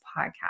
podcast